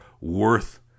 worth